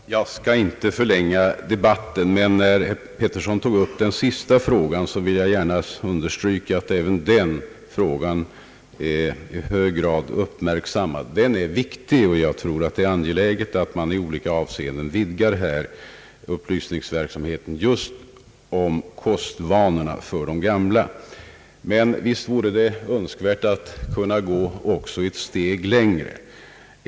Herr talman! Jag skall inte förlänga debatten, men eftersom herr Harald Pettersson tog upp frågan om åldringarnas kostvanor, vill jag gärna understryka att detta problem är uppmärksammat. Det är en viktig fråga och jag tror att det är angeläget att man i olika avseenden vidgar upplysningsverksamheten just om kostvanorna för de gamla. Men visst vore det önskvärt att kunna gå ett steg längre.